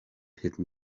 hidden